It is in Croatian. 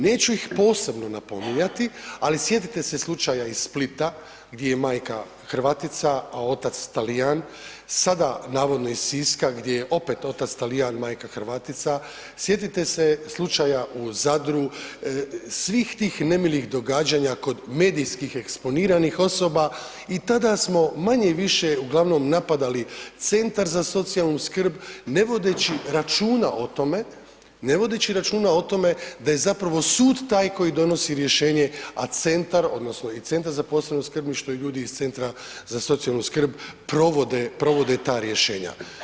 Neću ih posebno napominjati, ali sjetite se slučaja iz Splita gdje je majka Hrvatica, a otac Talijan sada navodno iz Siska gdje je opet otac Talijan, majka Hrvatica, sjetite se slučaja u Zadru, svih tih nemilih događanja kod medijskih eksponiranih osoba i tada smo manje-više uglavnom napadali Centar za socijalnu skrb ne vodeći računa o tome, ne vodeći računa o tome da je zapravo sud taj koji donosi rješenje, a centar odnosno i Centar za posebno skrbništvo i ljudi iz Centra za socijalnu skrb provode, provode ta rješenja.